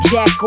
Jack